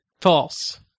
False